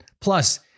Plus